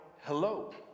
hello